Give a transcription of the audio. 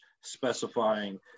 specifying